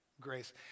grace